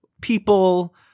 people